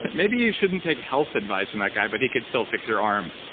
but maybe you shouldn't take health advice from that guy, but he can still fix your arm